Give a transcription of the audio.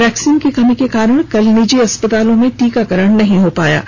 vaccine की कमी के कारण कल निजी अस्पतालों में टीकाकरण नहीं हो पाया है